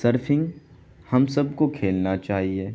surfing ہم سب کو کھیلنا چاہیے